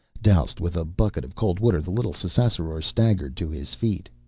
doused with a bucket of cold water the little ssassaror staggered to his feet.